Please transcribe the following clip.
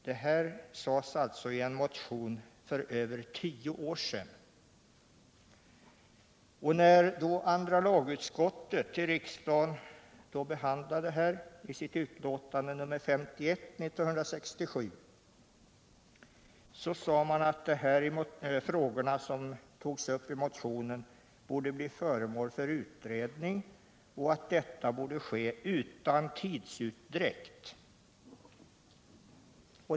— Detta skrevs alltså i en motion för över tio år sedan. Andra lagutskottet behandlade motionen i sitt utlåtande nr 51, 1967. Utskottet sade att de frågor som togs upp i motionen borde bli föremål för utredning och att detta borde ske utan tidsutdräkt.